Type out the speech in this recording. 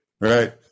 right